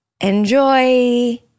Enjoy